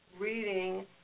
reading